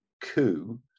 coup